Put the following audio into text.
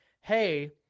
hey